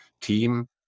team